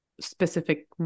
specific